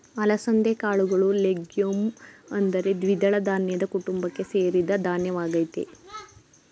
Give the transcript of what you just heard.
ಅಲಸಂದೆ ಕಾಳುಗಳು ಲೆಗ್ಯೂಮ್ ಅಂದರೆ ದ್ವಿದಳ ಧಾನ್ಯದ ಕುಟುಂಬಕ್ಕೆ ಸೇರಿದ ಧಾನ್ಯವಾಗಯ್ತೆ